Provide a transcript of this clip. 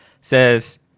says